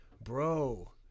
bro